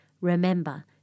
Remember